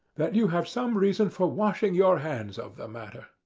that you have some reason for washing your hands of the matter.